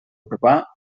urbà